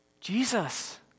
Jesus